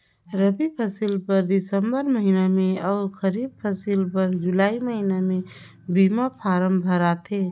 रबी फसिल बर दिसंबर महिना में अउ खरीब फसिल बर जुलाई महिना में बीमा फारम भराथे